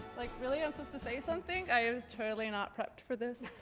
like really i'm supposed to say something. i was totally not prepped for this.